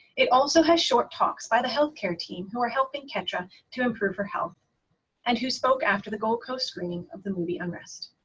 it also has short talks by the healthcare team who are helping ketra to improve her health and who spoke after the gold coast screening of the movie, unrest.